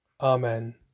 Amen